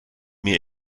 mir